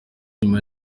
nyuma